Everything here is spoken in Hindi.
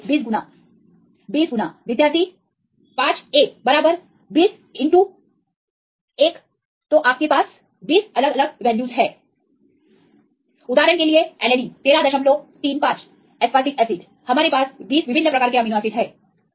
विद्यार्थी 20 गुना 20 गुना विद्यार्थी 51 बराबर 201 तो आपके पास 20 विभिन्न ना वैल्यूज है उदाहरण के लिए एलेनिन 1335 एक एसपारटिक एसिड हमारे पास 20 अलग अलग अमीनो एसिड हैं